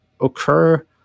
occur